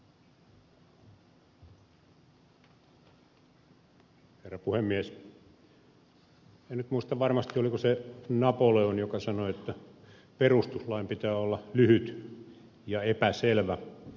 en nyt muista varmasti oliko se napoleon joka sanoi että perustuslain pitää olla lyhyt ja epäselvä